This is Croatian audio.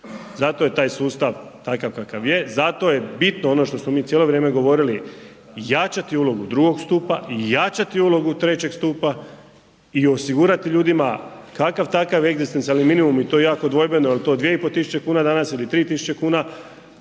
Zato je taj sustav takav kakav je, zato je bitno ono što smo mi cijelo vrijeme govorili, jačati ulogu drugog stupa i jačati ulogu trećeg stupa i osigurati ljudima kakav takav egzistencijalni minimum i to je jako dvojbeno jel je to 2.500 kuna danas ili 3.000 kuna,